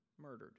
murdered